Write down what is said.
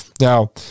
now